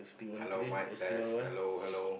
hello mic test hello hello